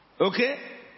okay